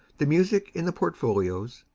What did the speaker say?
the music in the portfolios,